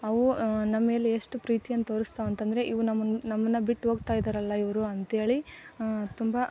ಅವು ನಮ್ಮ ಮೇಲೆ ಎಷ್ಟು ಪ್ರೀತಿಯನ್ನು ತೋರಿಸ್ತಾವೆ ಅಂತಂದರೆ ಇವು ನಮ್ಮನ್ನು ನಮ್ಮನ್ನು ಬಿಟ್ಟು ಹೋಗ್ತಾ ಇದ್ದಾರಲ್ಲ ಇವರು ಅಂತೇಳಿ ತುಂಬ